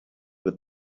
with